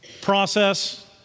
process